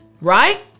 right